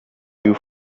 you